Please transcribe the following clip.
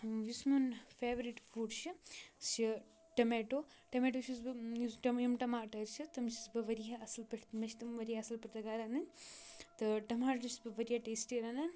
یُس میون favourite food چھُ سُہ ثھُ ٹمیٹو ٹمیٹو چھُس بہٕ یُس ٹَم یِم ٹَماٹر چھِ تِم چھُس بہٕ وارِیاہ اَصٕل پٲٹھۍ مےٚ چھِ تِم وارِیاہ اَصٕل پٲٹھۍ تَگان رَنٕنۍ تہٕ ٹماٹر چھُس بہٕ وارِیاہ ٹیسٹی رَنان